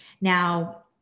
Now